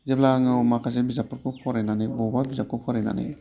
जेब्ला आङो माखासे बिजाबखौ फरायनानै अबेबा बिजाबखौ फरायनानै